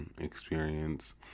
experience